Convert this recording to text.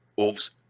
Oops